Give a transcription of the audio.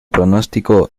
pronóstico